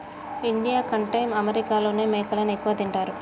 India కంటే అమెరికాలోనే మేకలని ఎక్కువ తింటారు